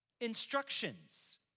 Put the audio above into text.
instructions